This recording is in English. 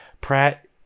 pratt